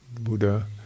Buddha